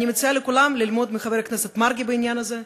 אני מציעה לכולם ללמוד מחבר הכנסת מרגי בעניין הזה,